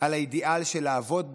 על האידיאל של לעבוד ביחד,